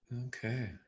Okay